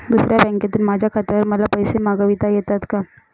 दुसऱ्या बँकेतून माझ्या खात्यावर मला पैसे मागविता येतात का?